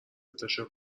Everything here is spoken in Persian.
تاشو